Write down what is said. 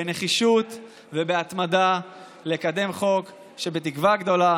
בנחישות ובהתמדה לקדם חוק שבתקווה גדולה